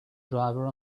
driver